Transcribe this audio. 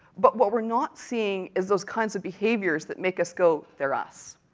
but what we're not seeing is those kinds of behaviours that make us go they're us.